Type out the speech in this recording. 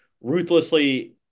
ruthlessly